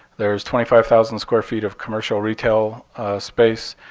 there's twenty five thousand square feet of commercial retail space.